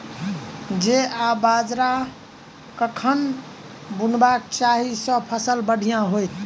जौ आ बाजरा कखन बुनबाक चाहि जँ फसल बढ़िया होइत?